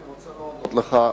אני רוצה להודות לך.